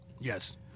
yes